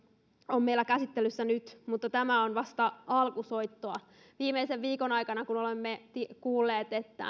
on meillä käsittelyssä nyt mutta tämä on vasta alkusoittoa viimeisen viikon aikana olemme kuulleet että